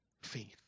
faith